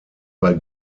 bei